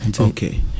Okay